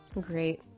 great